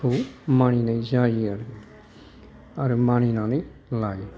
खौ मानिनाय जायो आरो आरो मानिनानै लायो